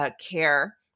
Care